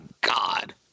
god